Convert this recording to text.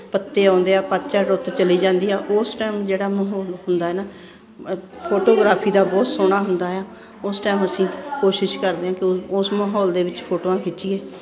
ਪੱਤੇ ਆਉਂਦੇ ਆ ਪੱਤਝੜ ਰੁੱਤ ਚਲੀ ਜਾਂਦੀ ਆ ਉਸ ਟਾਈਮ ਜਿਹੜਾ ਮਾਹੌਲ ਹੁੰਦਾ ਨਾ ਫੋਟੋਗ੍ਰਾਫੀ ਦਾ ਬਹੁਤ ਸੋਹਣਾ ਹੁੰਦਾ ਆ ਉਸ ਟਾਈਮ ਅਸੀਂ ਕੋਸ਼ਿਸ਼ ਕਰਦੇ ਹਾਂ ਕਿ ਉਸ ਮਾਹੌਲ ਦੇ ਵਿੱਚ ਫੋਟੋਆਂ ਖਿੱਚੀਏ